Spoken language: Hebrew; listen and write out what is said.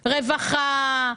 רווחה,